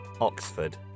Oxford